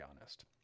honest